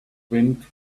wind